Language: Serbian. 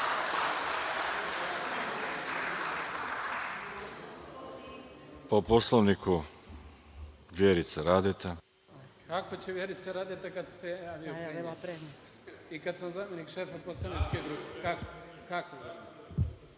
po Poslovniku.(Vjerica Radeta,